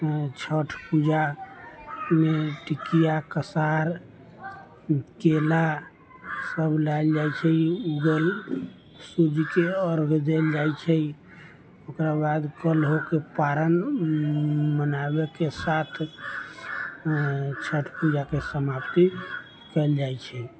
छठ पूजामे टिकिया कसार केला सब लायल जाइ छै उगल सूरज के अर्घ देल जाइ छै ओकरा बाद कल होके पारण मनाबैके साथ छठ पूजाके समाप्ति कयल जाइ छै